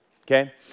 Okay